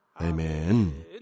Amen